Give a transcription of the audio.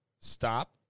stop